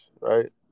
right